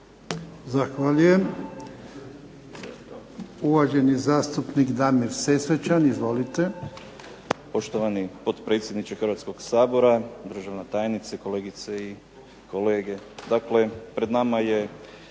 Zahvaljujem. Uvaženi zastupnik Damir Sesvečan. Izvolite. **Sesvečan, Damir (HDZ)** Poštovani potpredsjedniče Hrvatskog sabora, državna tajnice, kolegice i kolege.